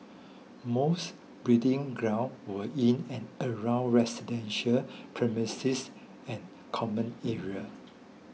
most breeding grounds were in and around residential premises and common area